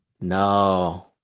no